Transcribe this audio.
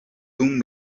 dum